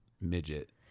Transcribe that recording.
Midget